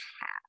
half